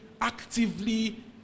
actively